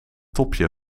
topje